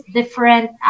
different